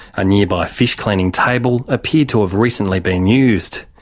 a nearby fish cleaning table appeared to have recently been used.